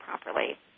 properly